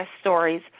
stories